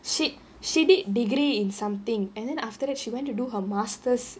sh~ she did degree in something and then after that she went to do her masters